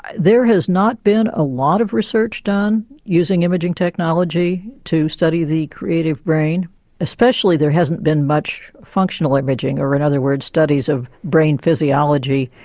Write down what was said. there has not been a lot of research done using imaging technology to study the creative brain especially there hasn't been much functional imaging, or in and other words studies of brain physiology,